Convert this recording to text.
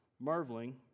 marveling